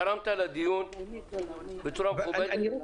תרמת לדיון בצורה מכובדת.